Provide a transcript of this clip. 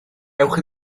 ewch